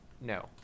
no